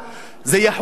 זה יחול עליו.